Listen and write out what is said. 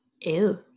Ew